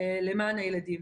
למען הילדים.